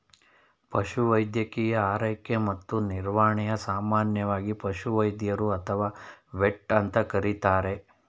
ಪಶುವೈದ್ಯಕೀಯ ಆರೈಕೆ ಮತ್ತು ನಿರ್ವಹಣೆನ ಸಾಮಾನ್ಯವಾಗಿ ಪಶುವೈದ್ಯರು ಅಥವಾ ವೆಟ್ ಅಂತ ಕರೀತಾರೆ